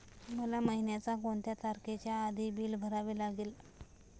मला महिन्याचा कोणत्या तारखेच्या आधी बिल भरावे लागेल?